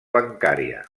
bancària